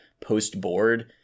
post-board